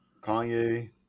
Kanye